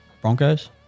Broncos